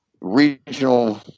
regional